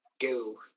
go